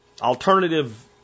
alternative